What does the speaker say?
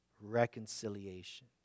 reconciliation